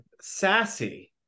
sassy